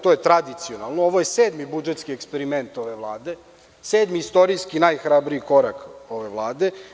To je tradicionalno, ali ovo je sedmi budžetski eksperiment ove Vlade, sedmi istorijski, najhrabriji korak ove Vlade.